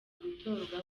gutorwa